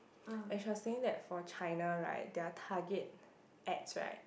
as she was saying that for China right their target X right